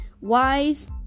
wise